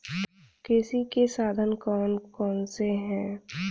कृषि के साधन कौन कौन से हैं?